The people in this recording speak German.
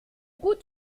gut